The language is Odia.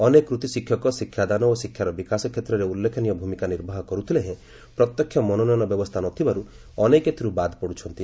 ଅନେକ କୃତି ଶିକ୍ଷକ ଶିକ୍ଷାଦାନ ଓ ଶିକ୍ଷାର ବିକାଶ କ୍ଷେତ୍ରରେ ଉଲ୍ଲ୍ଖେନୀୟ ଭୂମିକା ନିର୍ବାହ କରୁଥିଲେ ହେଁ ପ୍ରତ୍ୟକ୍ଷ ମନୋନୟ ବ୍ୟବସ୍ଥା ନ ଥିବାରୁ ଅନେକ ଏଥିରୁ ବାଦ୍ ପଡ଼ୁଛନ୍ତି